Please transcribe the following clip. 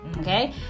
okay